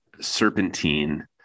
serpentine